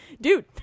Dude